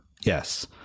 Yes